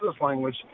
language